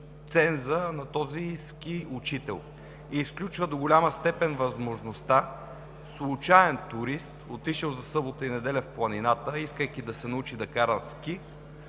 на този ски учител и изключва възможността случен турист, отишъл за събота и неделя в планината, искайки да се научи да кара ски,